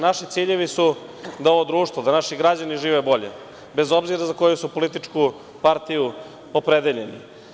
Naši ciljevi su da ovo društvo, da naši građani žive bolje, bez obzira za koju su političku partiju opredeljeni.